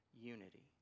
unity